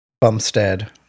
Bumstead